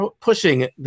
pushing